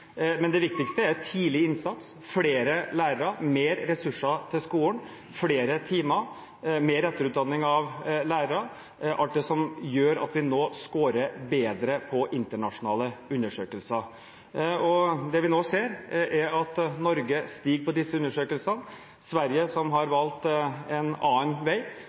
men det bidrar. Det viktigste er tidlig innsats, flere lærere, flere ressurser til skolen, flere timer, mer etterutdanning av lærere – alt det som gjør at vi skårer bedre i internasjonale undersøkelser. Det vi ser nå, er at kunnskapsnivået i Norge stiger i disse undersøkelsene. Kunnskapsnivået i Sverige, som har valgt en annen vei,